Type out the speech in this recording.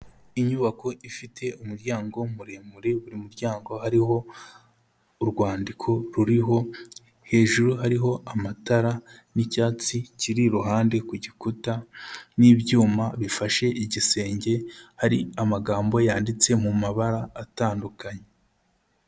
Inyubako ifite umuryango muremure, buri muryango hariho urwandiko ruriho, hejuru hariho amatara n'icyatsi kiri iruhande ku gikuta n'ibyuma bifashe igisenge, hari amagambo yanditse mu mabara atandukanye.